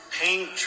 paint